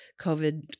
COVID